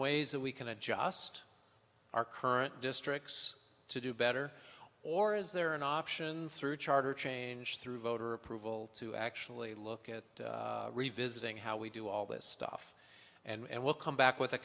ways that we can adjust our current districts to do better or is there an option through charter change through voter approval to actually look at revisiting how we do all this stuff and we'll come back with a